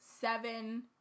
seven